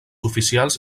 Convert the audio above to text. oficials